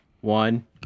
One